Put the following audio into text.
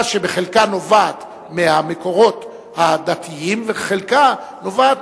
שבחלקה נובעת מהמקורות הדתיים וחלקה נובעת